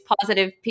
positive